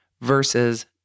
versus